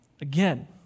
again